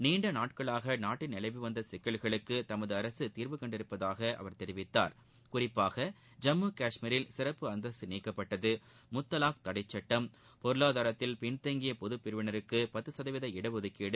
நீண்ட நாட்களாக நாட்டில் நிலவி வந்த சிக்கல்களுக்கு தமது அரசு தீர்வுகண்டுள்ளதாக அவர் தெரிவித்தார்குறிப்பாக ஜம்மு காஷ்மீரில் சிறப்பு அந்தஸ்து நீக்கப்பட்டது முத்தலாக் தடைச்சுட்டம் பொருளாதாரத்தில் பின்தங்கிய பொதுப் பிரிவினருக்கு பத்து சதவீத இடஒதுக்கீடு